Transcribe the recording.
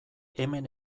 hemen